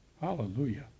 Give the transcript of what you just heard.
Hallelujah